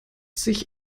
sich